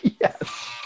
Yes